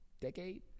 decade